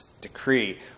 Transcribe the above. decree